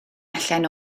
allan